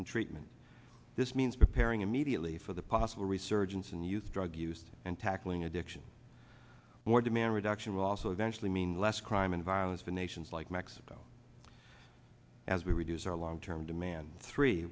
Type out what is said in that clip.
and treatment this means preparing immediately for the possible resurgence and use drug used and tackling addiction more demand reduction will also eventually mean less crime and violence for nations like mexico as we reduce our long term demand three